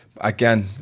Again